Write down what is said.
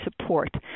support